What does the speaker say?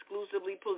exclusively